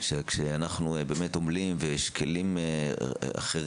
שכשאנחנו באמת עומלים ויש כלים אחרים,